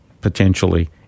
potentially